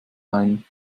ein